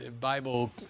Bible